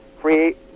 create